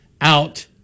out